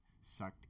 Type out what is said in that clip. sucked